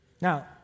Now